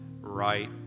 right